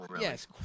yes